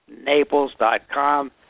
Naples.com